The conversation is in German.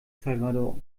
salvador